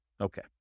Okay